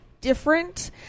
Different